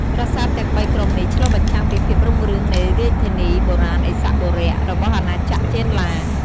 ប្រាសាទទាំងបីក្រុមនេះឆ្លុះបញ្ចាំងពីភាពរុងរឿងនៃរាជធានីបុរាណឥសានបុរៈរបស់អាណាចក្រចេនឡា។